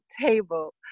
table